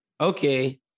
Okay